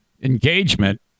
engagement